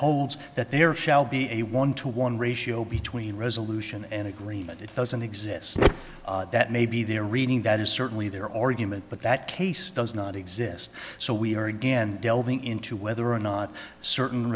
holds that there shall be a one to one ratio between resolution and agreement it doesn't exist that may be their reading that is certainly there or human but that case does not exist so we are again delving into whether or not certain